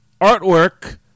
artwork